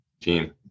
team